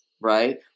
right